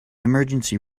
emergency